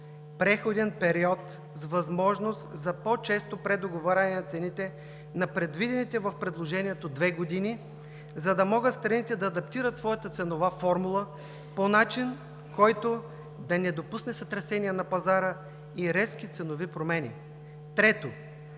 преходен период с възможност за по-често предоговаряне на цените на предвидените в предложението две години, за да могат страните да адаптират своята ценова формула по начин, който да не допусне сътресение на пазара и резки ценови промени. Трето,